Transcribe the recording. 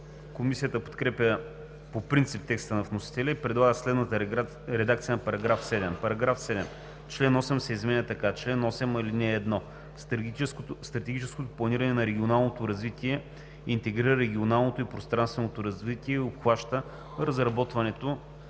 Комисията подкрепя по принцип текста на вносителя и предлага следната редакция на § 7: „§ 7. Член 8 се изменя така: „Чл. 8. (1) Стратегическото планиране на регионалното развитие интегрира регионалното и пространственото развитие и обхваща разработването